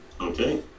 Okay